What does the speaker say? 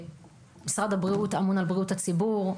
שמשרד הבריאות אמון על בריאות הציבור.